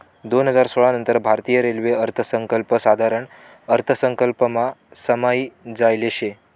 दोन हजार सोळा नंतर भारतीय रेल्वे अर्थसंकल्प साधारण अर्थसंकल्पमा समायी जायेल शे